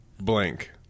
blank